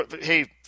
hey